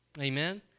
Amen